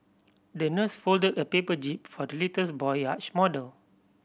the nurse folded a paper jib for the little boy yacht model